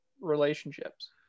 relationships